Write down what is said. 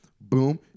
Boom